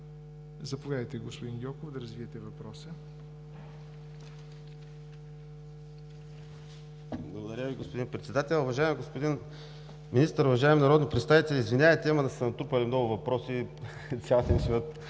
Заповядайте, господин Гьоков, да развиете въпроса.